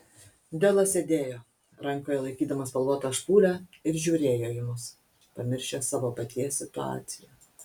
delas sėdėjo rankoje laikydamas spalvotą špūlę ir žiūrėjo į mus pamiršęs savo paties situaciją